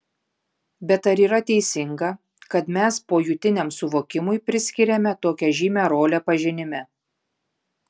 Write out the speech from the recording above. bet ar yra teisinga kad mes pojūtiniam suvokimui priskiriame tokią žymią rolę pažinime